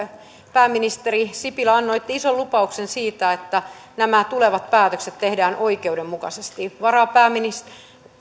pääministeri sipilä annoitte ison lupauksen siitä että nämä tulevat päätökset tehdään oikeudenmukaisesti varapääministeri